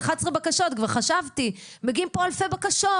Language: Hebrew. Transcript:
כבר חשבתי שמגיעות פה מאות אלפי בקשות